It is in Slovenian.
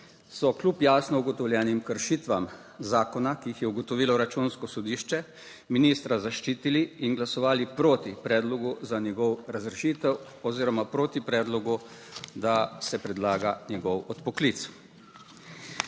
so kljub jasno ugotovljenim kršitvam zakona, ki jih je ugotovilo Računsko sodišče, ministra zaščitili in glasovali proti predlogu za njegovo razrešitev oziroma proti predlogu, **2. TRAK: (JJ) –